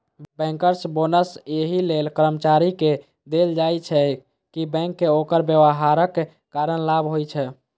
bankers bonus एहि लेल कर्मचारी कें देल जाइ छै, कि बैंक कें ओकर व्यवहारक कारण लाभ होइ छै